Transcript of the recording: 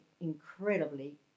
incredibly